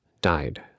died